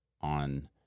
on